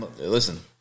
listen